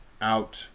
out